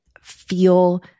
feel